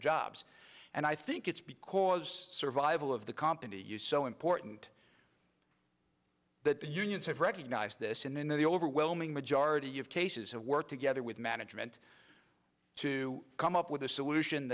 jobs and i think it's because survival of the company you so important that the unions have recognized this and then the overwhelming majority of cases to work together with management to come up with a solution